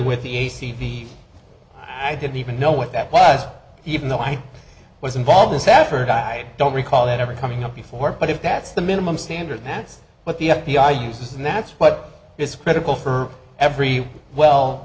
with the a c v i didn't even know what that was even though i was involved in safford i don't recall that ever coming up before but if that's the minimum standard that's what the f b i uses and that's what is critical for every well